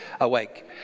awake